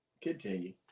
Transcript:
Continue